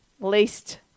Least